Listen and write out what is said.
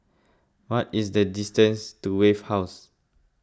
what is the distance to Wave House